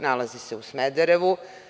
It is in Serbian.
Nalazi se u Smederevu.